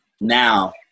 now